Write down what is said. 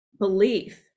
belief